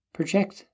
Project